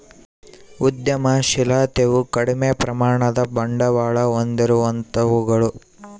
ಉದ್ಯಮಶಿಲತೆಯು ಕಡಿಮೆ ಪ್ರಮಾಣದ ಬಂಡವಾಳ ಹೊಂದಿರುವಂತವುಗಳು